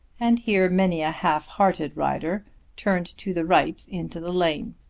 and here many a half-hearted rider turned to the right into the lane.